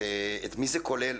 את מי זה כולל?